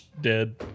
Dead